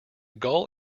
gull